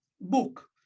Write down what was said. book